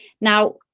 Now